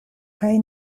kaj